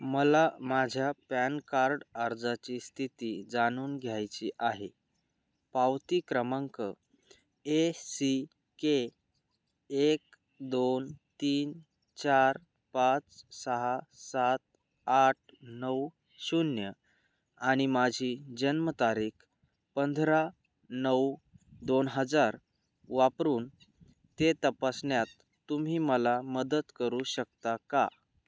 मला माझ्या PAN card अर्जाची स्थिती जाणून घ्यायची आहे पावती क्रमांक ए सी के एक दोन तीन चार पाच सहा सात आठ नऊ शून्य आणि माझी जन्मतारीख पंधरा नऊ दोन हजार वापरून ते तपासण्यात तुम्ही मला मदत करू शकता का